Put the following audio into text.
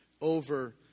over